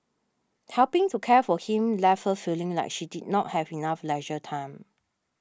helping to care for him left her feeling like she did not have enough leisure time